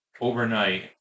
overnight